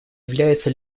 является